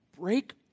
Break